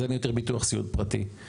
אז אין יותר ביטוח סיעוד פרטי.